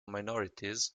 minorities